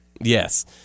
Yes